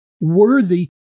worthy